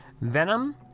Venom